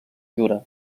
jura